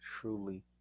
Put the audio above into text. truly